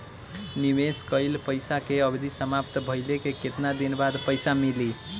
निवेश कइल पइसा के अवधि समाप्त भइले के केतना दिन बाद पइसा मिली?